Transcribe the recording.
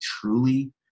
truly